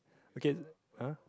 again uh